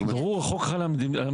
ברור, החוק חל על המדינה.